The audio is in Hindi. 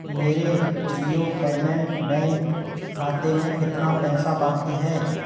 मेरे जिओ पेमेंट बैंक खाते में कितना पैसा बाक़ी है